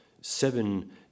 seven